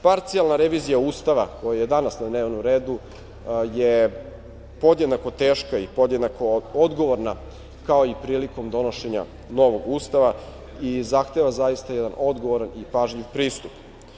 Parcijalna revizija Ustava, koja je danas na dnevnom redu, je podjednako teška i podjednako odgovorna kao i prilikom donošenjem novog Ustava i zahteva zaista odgovoran i pažljiv pristup.